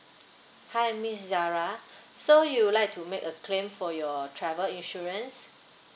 hi miss zara so you'd like to make a claim for your travel insurance